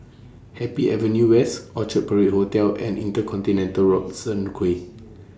Happy Avenue West Orchard Parade Hotel and InterContinental Robertson Quay